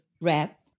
wrap